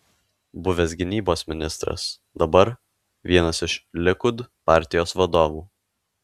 buvęs gynybos ministras dabar vienas iš likud partijos vadovų